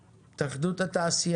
שלום, אני המהנדס הראשי של חברת עושרד גז